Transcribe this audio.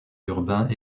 urbains